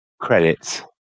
credits